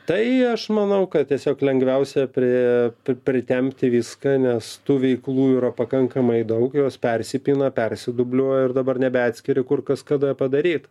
tai aš manau kad tiesiog lengviausia prie pritempti viską nes tu veiklų yra pakankamai daug jos persipina persidubliuoja ir dabar nebeatskiri kur kas kada padaryt